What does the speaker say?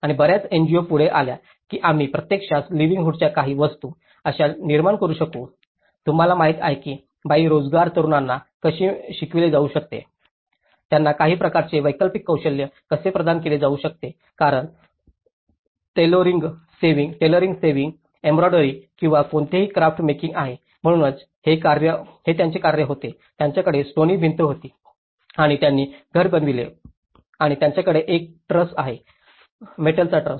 आणि बर्याच एनजीओ पुढे आल्या की आम्ही प्रत्यक्षात लिवलीहूडच्या काही वस्तू कशा निर्माण करू शकू तुम्हाला माहिती आहे की बाई बेरोजगार तरुणांना कसे शिकवले जाऊ शकते त्यांना काही प्रकारचे वैकल्पिक कौशल्य कसे प्रदान केले जाऊ शकते कारण तैलोरिन्ग सेविंग एम्ब्रॉयडरी किंवा कोणतीही क्राफ्ट मेकिंग आहे म्हणूनच हे त्यांचे कार्य होते त्यांच्याकडे स्टोनी भिंत होती आणि त्यांनी घर बनविले आणि त्यांच्याकडे एक ट्रस आहे मेटलचा ट्रस